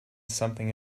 something